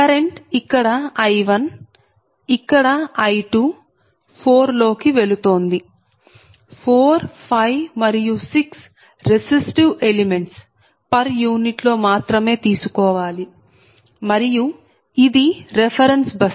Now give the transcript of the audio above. current ఇక్కడ I1 ఇక్కడ I2 4 లో కి వెళుతోంది 4 5 మరియు 6 రెసిస్టివ్ ఎలిమెంట్స్ పర్ యూనిట్ లో మాత్రమే తీసుకోవాలి మరియు ఇది రెఫెరెన్స్ బస్